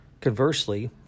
Conversely